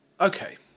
Okay